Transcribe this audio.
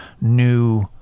new